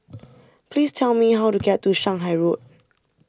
please tell me how to get to Shanghai Road